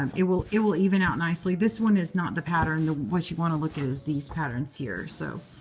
um it will it will even out nicely. this one is not the pattern. what you want to look at is these patterns here. so